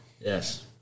Yes